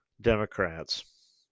Democrats